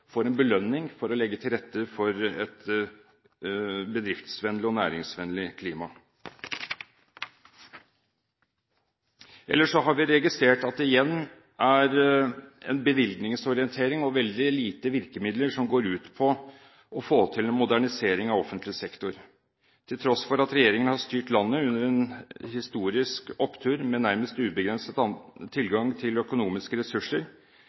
får en belønning for å legge til rette for et bedriftsvennlig og næringsvennlig klima. Ellers har vi registrert at det igjen er en bevilgningsorientering og veldig få virkemidler som går ut på å få til en modernisering av offentlig sektor. Til tross for at regjeringen har styrt landet under en historisk opptur med nærmest ubegrenset tilgang til økonomiske ressurser,